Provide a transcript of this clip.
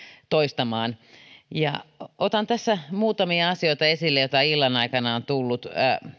toistamaan otan tässä muutamia asioita esille joita illan aikana on tullut